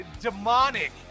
demonic